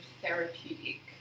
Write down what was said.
therapeutic